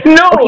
no